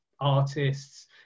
artists